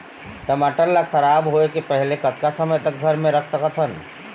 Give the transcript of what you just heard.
टमाटर ला खराब होय के पहले कतका समय तक घर मे रख सकत हन?